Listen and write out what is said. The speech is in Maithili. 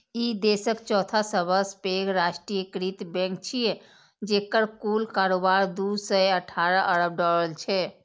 ई देशक चौथा सबसं पैघ राष्ट्रीयकृत बैंक छियै, जेकर कुल कारोबार दू सय अठारह अरब डॉलर छै